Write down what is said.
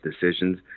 decisions